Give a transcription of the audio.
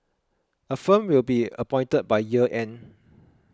a firm will be appointed by year end